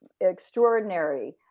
extraordinary